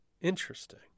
interesting